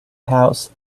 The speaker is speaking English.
house